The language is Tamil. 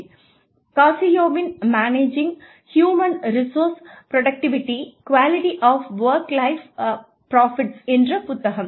முதலாவதாக காசியோவின் managing human resource productivity quality of work life profits என்ற புத்தகம்